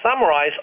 summarize